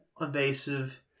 evasive